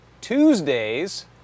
Tuesdays